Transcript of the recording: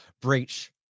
breach